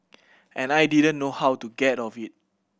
and I didn't know how to get off it